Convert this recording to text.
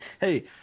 Hey